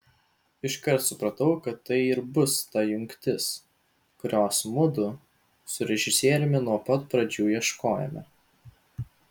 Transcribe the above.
iškart supratau kad tai ir bus ta jungtis kurios mudu su režisieriumi nuo pat pradžių ieškojome